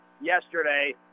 yesterday